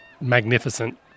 magnificent